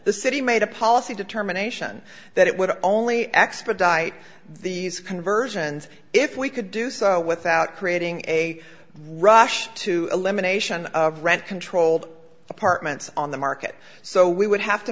the city made a policy determination that it would only expedite these conversions if we could do so without creating a rush to elimination of rent controlled apartments on the market so we would have to